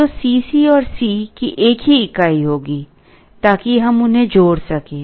तो C c और C की एक ही इकाई होगी ताकि हम उन्हें जोड़ सकें